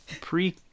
pre